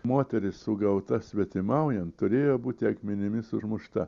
moteris sugauta svetimaujant turėjo būti akmenimis užmušta